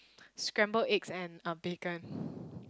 scrambled eggs and uh bacon